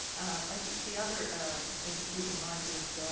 i think the other thing to keep in mind is